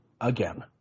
again